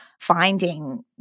finding